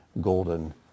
golden